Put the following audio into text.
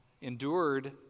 endured